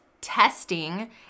testing